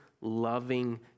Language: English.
loving